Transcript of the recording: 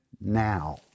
now